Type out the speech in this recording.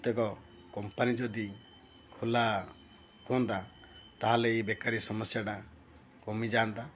ପ୍ରତ୍ୟେକ କମ୍ପାନୀ ଯଦି ଖୋଲା ହୁଅନ୍ତା ତା'ହେଲେ ଏଇ ବେକାରୀ ସମସ୍ୟାଟା କମିଯାଆନ୍ତା